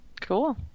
Cool